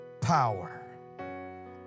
power